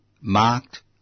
marked